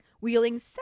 wheeling